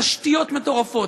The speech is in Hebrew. תשתיות מטורפות.